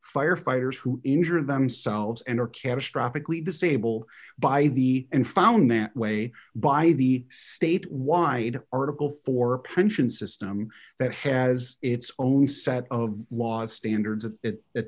firefighters who injure themselves and are catastrophic we disable by the and found that way by the state wide article for a pension system that has its own set of laws standards of it that